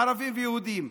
ערבים ויהודים.